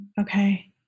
Okay